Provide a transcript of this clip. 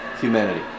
humanity